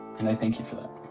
and i thank you for that.